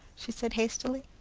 she said hastily.